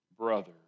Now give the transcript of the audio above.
brother